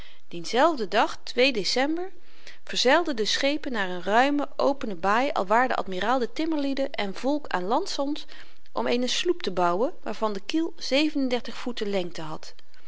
dienzelfden dag december verzeilden de schepen naar een ruime opene baai alwaar de admiraal de timmerlieden en volk aan land zond om eene sloep te bouwen waarvan de kiel voeten lengte had